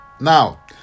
Now